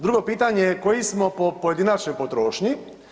Drugo pitanje, koji smo po pojedinačnoj potrošnji?